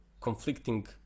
conflicting